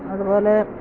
അതുപോലെ